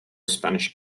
spanish